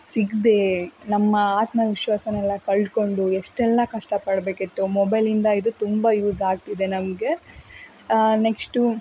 ಸಿಗದೆ ನಮ್ಮ ಆತ್ಮವಿಶ್ವಾಸನೆಲ್ಲ ಕಳ್ಕೊಂಡು ಎಷ್ಟೆಲ್ಲ ಕಷ್ಟಪಡಬೇಕಿತ್ತು ಮೊಬೈಲಿಂದ ಇದು ತುಂಬ ಯೂಸ್ ಆಗ್ತಿದೆ ನಮಗೆ ನೆಕ್ಸ್ಟು